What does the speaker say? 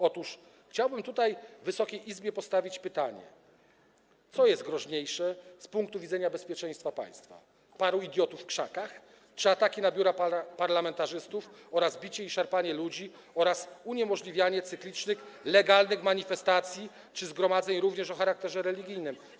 Otóż chciałbym tutaj, w Wysokiej Izbie, postawić pytanie: Co jest groźniejsze z punktu widzenia bezpieczeństwa państwa: paru idiotów w krzakach czy ataki na biura parlamentarzystów oraz bicie i szarpanie ludzi oraz uniemożliwianie cyklicznych, legalnych manifestacji czy zgromadzeń, również o charakterze religijnym?